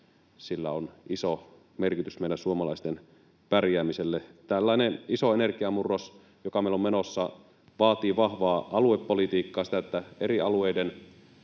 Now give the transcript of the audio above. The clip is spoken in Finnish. sillä on iso merkitys meidän suomalaisten pärjäämiselle. Tällainen iso energiamurros, joka meillä on menossa, vaatii vahvaa aluepolitiikkaa, sitä, että eri alueiden